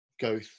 go